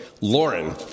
Lauren